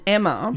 Emma